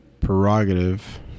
prerogative